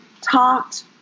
talked